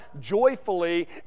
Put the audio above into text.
joyfully